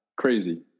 crazy